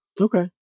Okay